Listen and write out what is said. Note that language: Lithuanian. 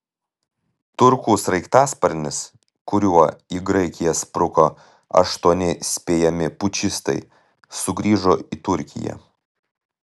turkų sraigtasparnis kuriuo į graikiją spruko aštuoni spėjami pučistai sugrįžo į turkiją